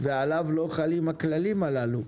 ועליו לא חלים הכללים הללו.